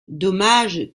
dommage